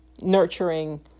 nurturing